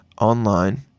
online